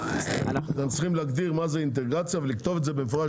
אתם צריכים להגדיר מה זה אינטגרציה ולכתוב את זה במפורש,